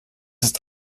ist